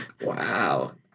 Wow